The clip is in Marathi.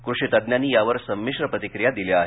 कृषी तज्ञांनी यावर संमिश्र प्रतिक्रिया दिल्या आहेत